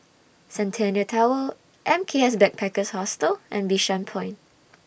Centennial Tower M K S Backpackers Hostel and Bishan Point